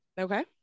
Okay